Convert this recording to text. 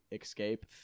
escape